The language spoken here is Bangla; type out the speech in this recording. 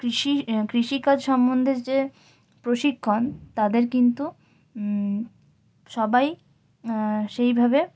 কৃষি কৃষিকাজ সম্বন্ধে যে প্রশিক্ষণ তাদের কিন্তু সবাই সেইভাবে